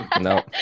No